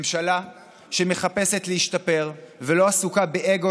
ממשלה שמחפשת להשתפר ולא עסוקה באגו